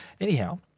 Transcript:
Anyhow